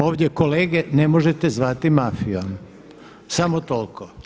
Ovdje kolege ne možete zvati mafijom, samo toliko.